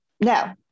No